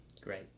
Great